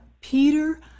Peter